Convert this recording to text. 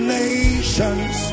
nations